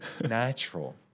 natural